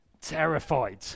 terrified